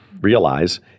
realize